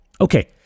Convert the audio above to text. Okay